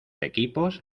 equipos